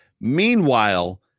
Meanwhile